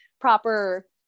proper